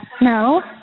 No